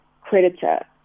creditor